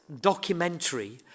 documentary